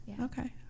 Okay